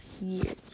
years